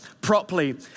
properly